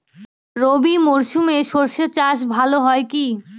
রবি মরশুমে সর্ষে চাস ভালো হয় কি?